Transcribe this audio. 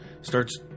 starts